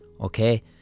Okay